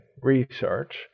research